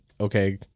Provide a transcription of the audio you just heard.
okay